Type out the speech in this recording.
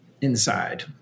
inside